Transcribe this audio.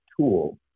tool